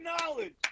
knowledge